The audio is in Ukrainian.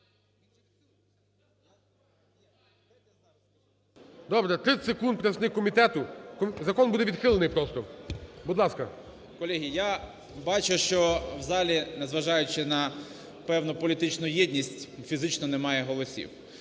Добре. 30 секунд – представник комітету. Закон буде відхилений просто. Будь ласка. 17:57:38 ВІННИК І.Ю. Колеги, я бачу, що в залі, не зважаючи на певну політичну єдність, фізично немає голосів.